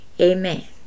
amen